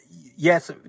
yes